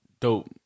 dope